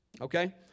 Okay